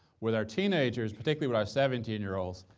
with our teenagers, particularly with our seventeen year olds,